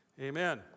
Amen